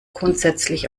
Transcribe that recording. grundsätzlich